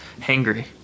hangry